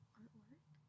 artwork